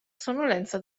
sonnolenza